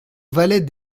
valets